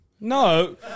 No